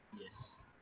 Yes